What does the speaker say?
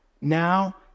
Now